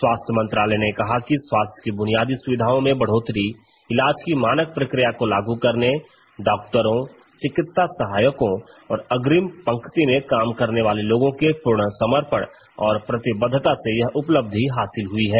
स्वास्थ्य मंत्रालय ने कहा कि स्वास्थ्य की बुनियादी सुविधाओँ में बढ़ोतरी इलाज की मानक प्रक्रिया को लागू करने डॉक्टरों चिकित्सा सहायकों और अग्रिम पंक्ति में काम करने वाले लोगों के पूर्ण समर्पण और प्रतिबद्वता से यह उपलब्धि हासिल हुई है